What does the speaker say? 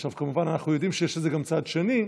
עכשיו, כמובן, אנחנו יודעים שיש לזה גם צד שני.